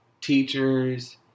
teachers